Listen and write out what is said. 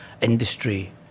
industry